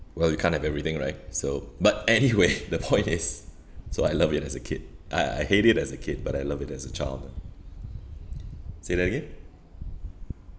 well you can't have everything right so but anyway the point is so I love it as a kid uh I hate it as a kid but I love it as a child say that again